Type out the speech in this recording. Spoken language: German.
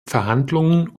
verhandlungen